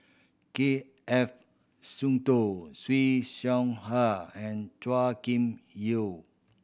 K F Seetoh Siew Shaw Her and Chua Kim Yeow